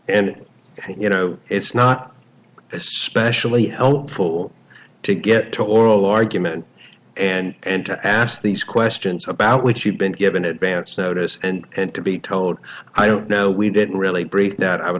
and you know it's not especially helpful to get to oral argument and to ask these questions about what you've been given advance notice and to be told i don't know we didn't really brief that i would